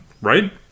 Right